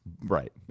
Right